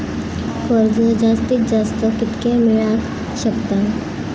कर्ज जास्तीत जास्त कितक्या मेळाक शकता?